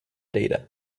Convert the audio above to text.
data